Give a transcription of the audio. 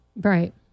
Right